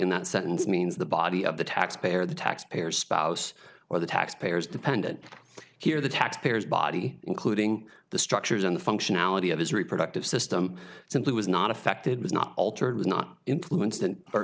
in that sentence means the body of the taxpayer the taxpayer spouse or the taxpayers dependent here the taxpayers body including the structures in the functionality of his reproductive system simply was not affected was not altered was not influence that are